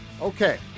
Okay